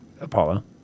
Apollo